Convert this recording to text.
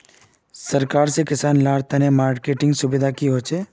सरकार से किसान लार तने मार्केटिंग सुविधा की होचे?